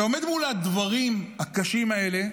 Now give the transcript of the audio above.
אתה עומד מול הדברים הקשים האלה,